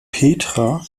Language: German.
petra